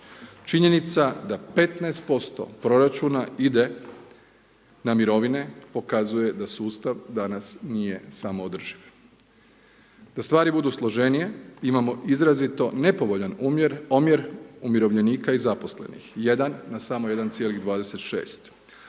Činjenica da 15% proračuna ide na mirovine, pokazuje da sustav danas nije samo održiv. Da stvari budu složenije, imamo izrazito nepovoljan omjer umirovljenika i zaposlenih, jedan, na samo 1,26